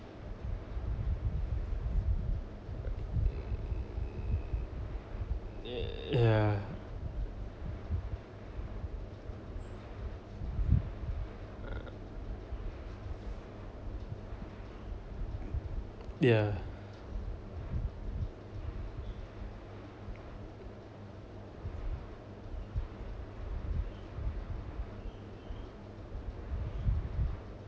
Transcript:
ya ya